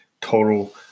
total